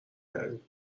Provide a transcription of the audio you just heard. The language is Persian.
کردیم